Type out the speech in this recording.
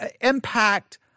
impact